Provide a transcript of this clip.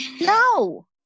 No